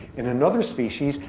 in another species,